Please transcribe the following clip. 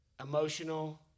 Emotional